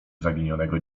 zaginionego